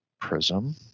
Prism